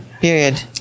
period